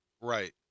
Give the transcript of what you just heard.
Right